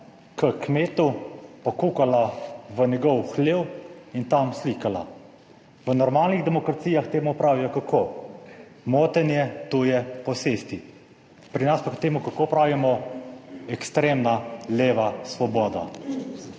k kmetu, pokukala v njegov hlev in tam slikala. V normalnih demokracijah temu pravijo kako? Motenje tuje posesti, pri nas pa k temu, kako pravimo, ekstremna leva svoboda.